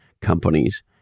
companies